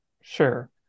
Sure